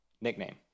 nickname